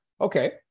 Okay